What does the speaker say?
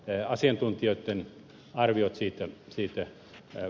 asiantuntijoitten arviot siitä vaihtelevat